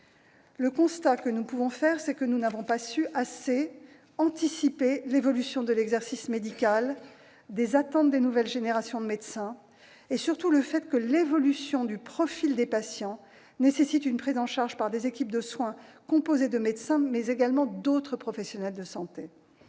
Le constat que nous pouvons faire, c'est que nous n'avons pas su assez anticiper l'évolution de l'exercice médical, des attentes des nouvelles générations de médecins et surtout le fait que l'évolution du profil des patients nécessite une prise en charge par des équipes de soins composées du médecin et d'autres professionnels de santé.